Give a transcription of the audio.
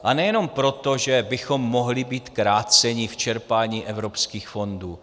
A nejenom proto, že bychom mohli být kráceni v čerpání evropských fondů.